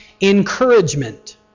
Encouragement